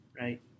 right